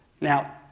Now